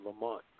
Lamont